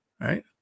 Right